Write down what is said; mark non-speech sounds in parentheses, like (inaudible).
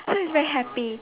(noise) so it's very happy